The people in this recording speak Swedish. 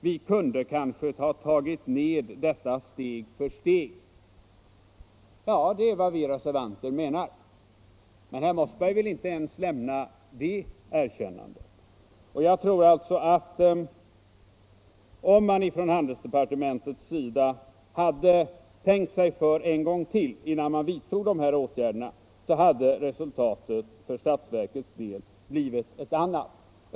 Vi kunde kanske ha tagit ned detta steg för steg.” Det är vad vi reservanter menar, men herr Mossberg vill inte ens lämna det erkännandet. Jag tror alltså att om man i handelsdepartementet hade tänkt sig för en gång till innan man vidtog de här åtgärderna, så hade resultatet för statsverkets del blivit ett annat.